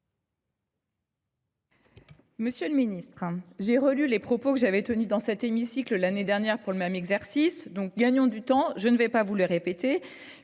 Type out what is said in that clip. Monsieur le ministre, j’ai relu les propos que j’avais tenus dans cet hémicycle l’année dernière à l’occasion du même exercice. Gagnons du temps : je ne vais pas les répéter.